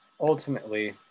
ultimately